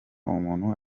umuntu